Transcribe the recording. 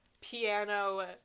piano